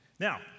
Now